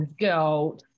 go